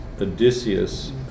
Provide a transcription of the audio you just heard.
Odysseus